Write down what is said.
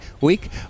Week